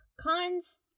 Cons